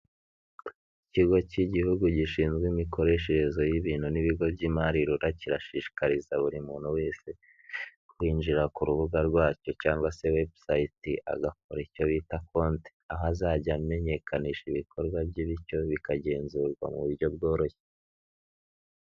Ikigo cy'igihugu gishinzwe imikoreshereze y'ibintu n'ibigo by'imari RURA, kirashishikariza buri muntu wese kuwinjira ku rubuga rwacyo cyangwa se wibusite agakora icyo bita konte. Aho azajya amenyekanisha ibikorwa bye bityo bikagenzurwa mu buryo bworoshye.